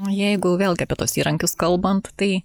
jeigu vėlgi apie tuos įrankius kalbant tai